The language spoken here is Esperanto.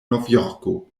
novjorko